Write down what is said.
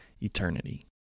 eternity